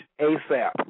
ASAP